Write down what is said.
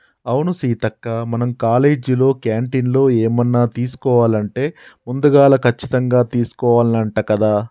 అవును సీతక్క మనం కాలేజీలో క్యాంటీన్లో ఏమన్నా తీసుకోవాలంటే ముందుగాల కచ్చితంగా తీసుకోవాల్నంట కదా